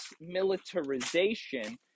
militarization